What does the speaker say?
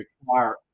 require